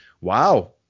wow